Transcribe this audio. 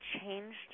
changed